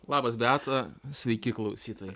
labas beata sveiki klausytojai